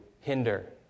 hinder